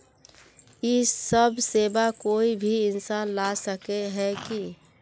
इ सब सेवा कोई भी इंसान ला सके है की?